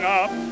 up